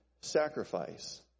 sacrifice